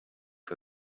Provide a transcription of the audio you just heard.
for